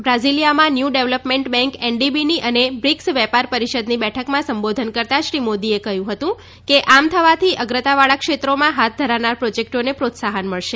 બ્રાસીલીયામાં new development bank NDB અને BRICS વેપાર પરિષદની બેઠકમાં સંબોધન કરતાં શ્રી મોદીએ કહ્યું કે આમ થવાથી અગ્રતાવાળા ક્ષેત્રોમાં હાથ ધરાનાર પ્રોજેક્ટોને પ્રોત્સાહન મળશે